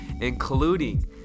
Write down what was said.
including